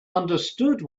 understood